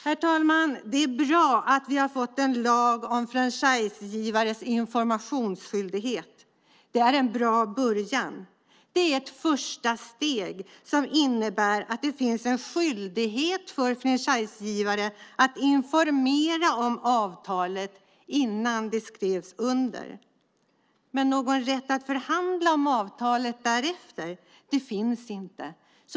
Herr talman! Det är bra att vi har fått en lag om franchisegivares informationsskyldighet. Det är en bra början. Det är ett första steg som innebär att det finns en skyldighet för franchisegivare att informera om avtalet innan det skrivs under. Men någon rätt att förhandla om avtalet därefter finns inte.